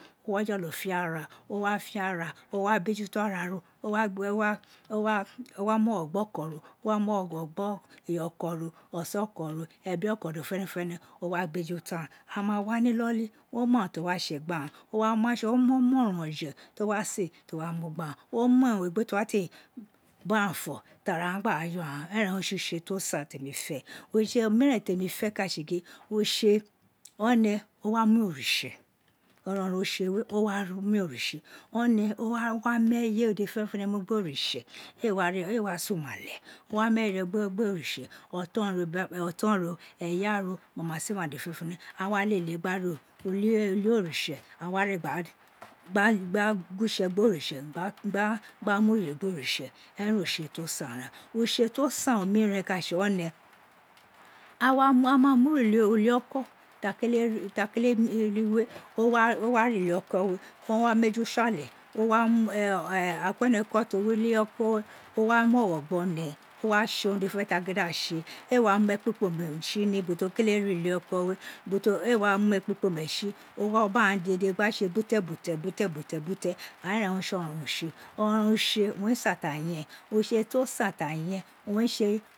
Wo wa fọlọ fiara, o wa fiara, o wa befuto ara ro, o wa mogho gbo ko̱ro owa mogho gbo iro koro, osa oko no, ebi oko ro de fenefene o wa beju to aghan, aghan ma wa ni iloli o, ma urun to wo wa tse gbe aghan, o wa ma omo oronron ofo to wan wa se ti wo wa mu gbe a ghan, o wea owun egbe fi o wa te baghan fo tara tara gha wa gba you agha enan re tse utse utse ti o, san temi fe on utse tse miren temi fe ka tse gin o ne o wa ma oritse, aronron utse wee, oroa ma oritse o wa meye ro dede fenefene mu fbe oritse éé wa sen umale o wa mu eife ro gbe oritse oton ro biri ara ro, mamasima dede fene fene, awa lele gba re uli oritse gba gwitse gboritse, gba mu yiri gboritse eran utse to san ren utse omiren ka tse one a wa ta kele ko oniye o wa mu eju tsi ale akueneko to wi ulieko we, o uva mogho gbo ne, o wa tse urun dede fene ta gin dan tse, éé wa mu ekpikpoman tsi ubo ti o kele ru lieko we, eê wa mekpikponen tsi owa baghan dede gba tse ighan dede re tse ọrọnrọn utse oronron we san ta yen, utse to san ta yen o we tse